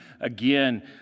again